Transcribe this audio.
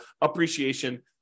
appreciation